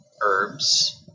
herbs